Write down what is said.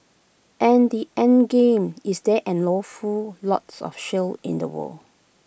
and the endgame is there's an awful lot of shale in the world